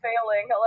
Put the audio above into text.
failing